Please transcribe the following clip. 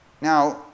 Now